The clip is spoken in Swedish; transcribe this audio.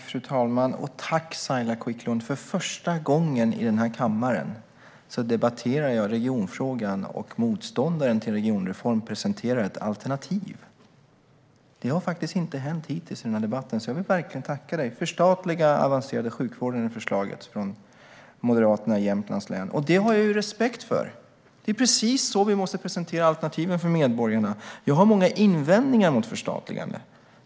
Fru talman! Tack, Saila Quicklund! Det är första gången i den här kammaren som jag debatterar regionfrågan och motståndaren till en regionreform presenterar ett alternativ. Det har faktiskt inte hänt hittills i den här debatten, så jag vill verkligen tacka dig. Förstatliga den avancerade sjukvården, är förslaget från Moderaterna i Jämtlands län. Det har jag respekt för. Det är precis så vi måste presentera alternativen för medborgarna. Jag har många invändningar mot förstatligande.